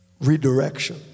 redirection